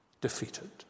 defeated